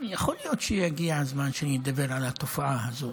יכול להיות שהגיע הזמן שאני אדבר על התופעה הזאת,